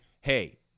Hey